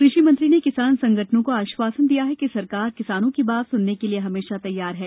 कृषि मंत्री ने किसान संगठनों को आश्वासन दिया कि सरकार किसानों की बात स्नने के लिए हमेशा तैयार है